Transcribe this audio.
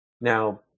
Now